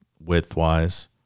width-wise